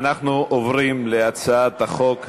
אנחנו עוברים להצעת החוק הבאה,